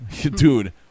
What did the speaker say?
Dude